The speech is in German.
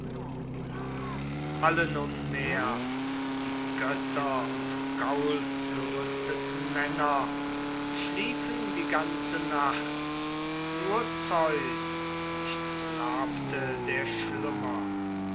numehr die götter und gaulgerüsteten männer schliefen die ganze nacht von sanftem schlummer gefesselt aber nicht hermeias den segnenden faßte der schlummer